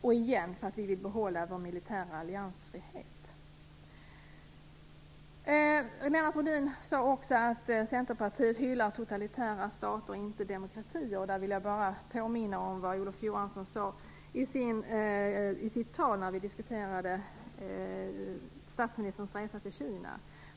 Återigen - vi vill behålla Sveriges militära alliansfrihet. Lennart Rohdin sade också att Centerpartiet hyllar totalitära stater och inte demokratier. Jag vill då bara påminna om vad Olof Johansson sade i sitt tal när vi diskuterade statsministerns resa till Kina.